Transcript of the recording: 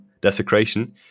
desecration